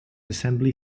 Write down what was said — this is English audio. assembly